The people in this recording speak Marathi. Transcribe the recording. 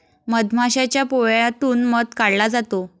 मधमाशाच्या पोळ्यातून मध काढला जातो